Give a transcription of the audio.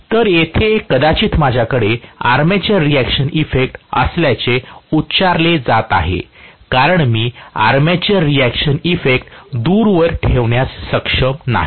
तर येथे कदाचित माझ्याकडे आर्मेचर रिएक्शन इफेक्ट असल्याचे उच्चारले जात आहे कारण मी आर्मेचर रिएक्शन इफेक्ट दूरवर ठेवण्यास सक्षम नाही